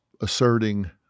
asserting